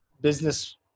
business